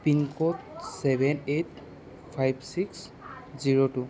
pincode seven eight five six zero two